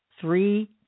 Three